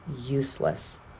useless